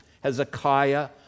Hezekiah